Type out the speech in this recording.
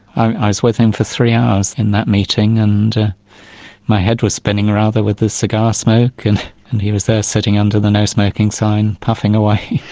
i was with him for three hours in that meeting and my head was spinning rather with the cigar smoke and he was there sitting under the no smoking sign puffing away.